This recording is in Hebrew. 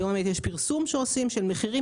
היום באמת יש פרסום שעושים של מחירים,